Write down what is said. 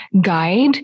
guide